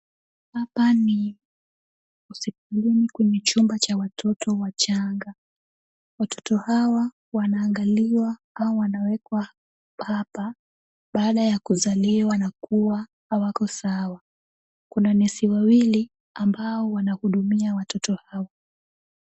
Hapa ni hospitalini kwenye chumba cha watoto wachanga. Watoto hawa wanaangaliwa au wanawekwa hapa baada ya kuzaliwa na kuwa hawako sawa. Kuna nesi wawili ambao wanahudumia watoto hao.